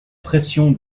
pression